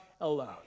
alone